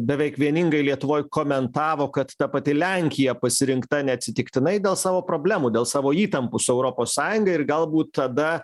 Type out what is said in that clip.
beveik vieningai lietuvoj komentavo kad ta pati lenkija pasirinkta neatsitiktinai dėl savo problemų dėl savo įtampų su europos sąjunga ir galbūt tada